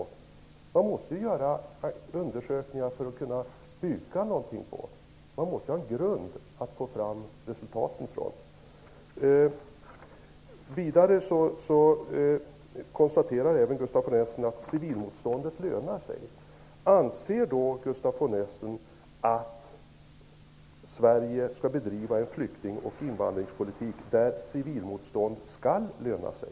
Man måste ju göra undersökningar för att ha något att bygga på. Man måste ju ha en grund att bygga på för att få fram resultaten. Gustaf von Essen konstaterar vidare att civilmotståndet lönar sig. Anser Gustaf von Essen att Sverige skall bedriva en flykting och invandrarpolitik där civilmotstånd skall löna sig?